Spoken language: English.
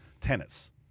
tennis